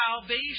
salvation